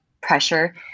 pressure